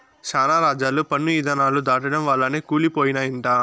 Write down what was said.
శానా రాజ్యాలు పన్ను ఇధానాలు దాటడం వల్లనే కూలి పోయినయంట